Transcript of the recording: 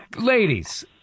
ladies